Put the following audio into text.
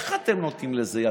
איך אתם נותנים לזה יד?